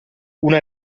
una